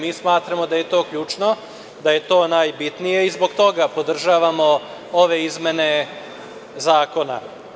Mi smatramo da je to ključno, da je to najbitnije i zbog toga podržavamo ove izmene zakona.